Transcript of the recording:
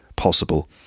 possible